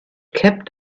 kept